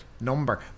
number